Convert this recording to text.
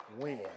Win